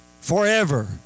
forever